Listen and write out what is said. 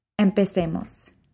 Empecemos